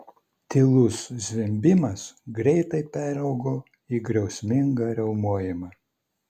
tylus zvimbimas greitai peraugo į griausmingą riaumojimą